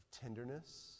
tenderness